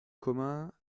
commun